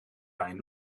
pijn